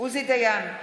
עוזי דיין,